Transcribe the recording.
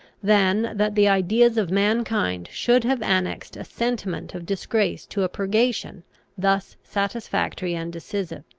than that the ideas of mankind should have annexed a sentiment of disgrace to a purgation thus satisfactory and decisive.